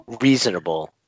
reasonable